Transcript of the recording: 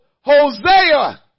Hosea